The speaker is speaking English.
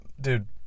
Dude